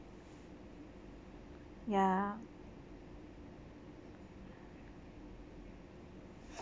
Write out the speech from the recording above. ya